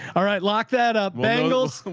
all right. lock that up. bangles.